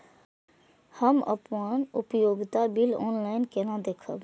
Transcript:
हम अपन उपयोगिता बिल ऑनलाइन केना देखब?